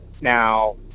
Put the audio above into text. Now